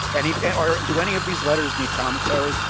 anything or and do any of these letters need commentary,